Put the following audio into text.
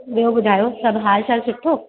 ॿियो ॿुधायो सभु हाल चाल सुठो